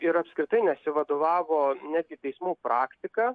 ir apskritai nesivadovavo netgi teismų praktika